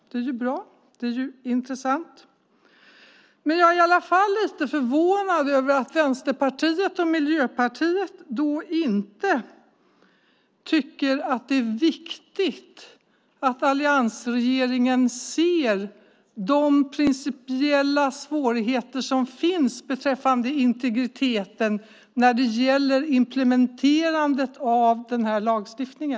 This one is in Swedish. Det är ju bra och intressant, men jag är i alla fall lite förvånad över att Vänsterpartiet och Miljöpartiet inte tycker att det är viktigt att alliansregeringen ser de principiella svårigheter som finns beträffande integriteten när det gäller implementerandet av denna lagstiftning.